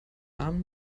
arm